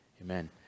Amen